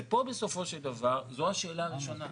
ופה בסופו של דבר זו השאלה הראשונה.